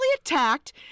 attacked